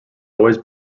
always